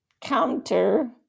counter